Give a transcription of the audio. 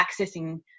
accessing